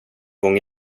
gång